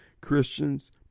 Christians